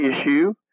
issue